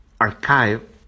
archive